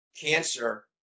cancer